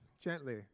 gently